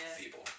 people